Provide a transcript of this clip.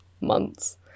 months